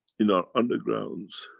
in our undergrounds,